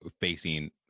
facing